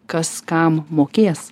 kas kam mokės